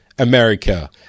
America